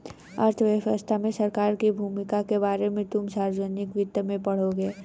अर्थव्यवस्था में सरकार की भूमिका के बारे में तुम सार्वजनिक वित्त में पढ़ोगे